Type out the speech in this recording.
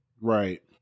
right